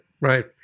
right